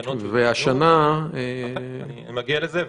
התקנות --- השנה --- אני מגיע לזה.